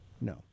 no